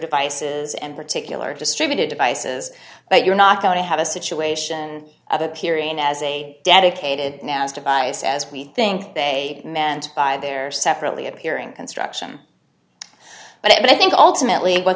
devices and particular distributed devices but you're not going to have a situation of appearing as a dedicated nouns device as we think they meant by their separately appearing construction but i think ultimately what